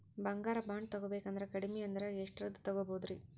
ಬಂಗಾರ ಬಾಂಡ್ ತೊಗೋಬೇಕಂದ್ರ ಕಡಮಿ ಅಂದ್ರ ಎಷ್ಟರದ್ ತೊಗೊಬೋದ್ರಿ?